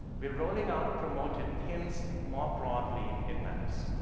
we're rolling out promoted pins more broadly in maps.